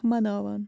مناوان